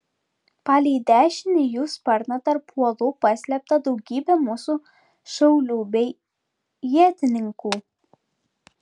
palei dešinį jų sparną tarp uolų paslėpta daugybė mūsų šaulių bei ietininkų